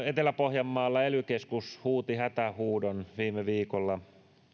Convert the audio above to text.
etelä pohjanmaalla ely keskus huuti hätähuudon viime viikolla